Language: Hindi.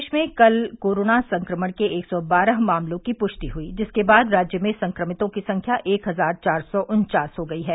प्रदेश में कल कोरोना संक्रमण के एक सौ बारह मामलों की पुष्टि हुई जिसके बाद राज्य में संक्रमितों की संख्या एक हजार चार सौ उन्चास हो गई है